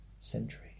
century